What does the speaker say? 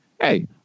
hey